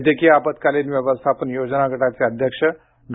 वैद्यकीय आपत्कालीन व्यवस्थापन योजना गटाचे अध्यक्ष डॉ